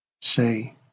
say